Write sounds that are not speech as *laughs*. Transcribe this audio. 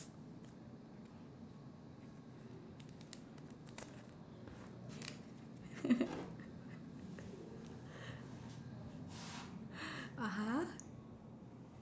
*laughs* (uh huh)